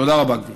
תודה רבה, גברתי.